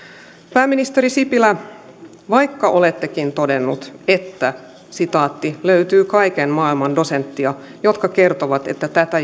pääministeri sipilä vaikka olettekin todennut että löytyy kaiken maailman dosenttia jotka kertovat että tätä